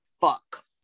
fuck